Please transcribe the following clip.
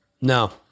No